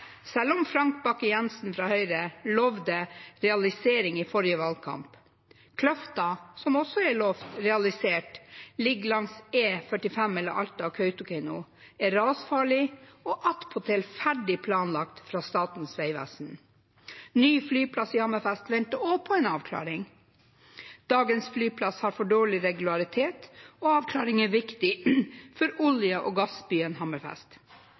selv om Frank Bakke-Jensen fra Høyre lovet realisering i forrige valgkamp. Kløfta, som også er lovet realisert, ligger langs E45 mellom Alta og Kautokeino, er rasfarlig og attpåtil ferdig planlagt av Statens vegvesen. Ny flyplass i Hammerfest venter også på en avklaring. Dagens flyplass har for dårlig regularitet, og en avklaring er viktig for olje- og gassbyen Hammerfest.